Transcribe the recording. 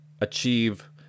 achieve